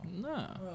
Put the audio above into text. No